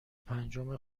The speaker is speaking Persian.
پنجم